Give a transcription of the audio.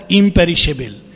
imperishable